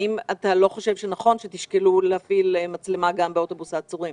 האם אתה לא סבור שנכון שתשקלו להפעיל מצלמה גם באוטובוס העצורים?